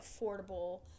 affordable